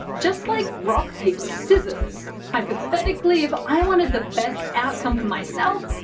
just like rock, paper, scissors. hypothetically, if i wanted the best outcome for myself,